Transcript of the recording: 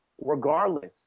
regardless